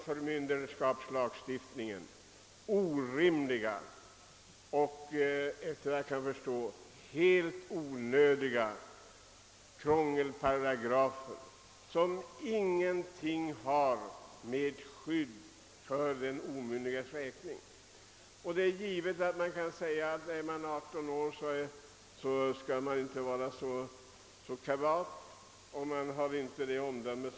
Förmyndarlagstiftningens orimliga och efter vad jag kan förstå helt onödiga krångelparagrafer har ingenting att göra med skydd för den omyndiges räkning. Man kan givetvis säga att en person som är 18 år inte skall vara så kavat, ty då saknar vederbörande erforderligt omdöme.